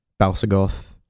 Balsagoth